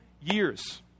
years